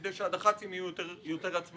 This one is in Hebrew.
כך שהדח"צים יהיו יותר עצמאיים?